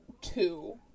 two